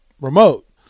remote